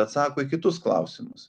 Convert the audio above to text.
atsako į kitus klausimus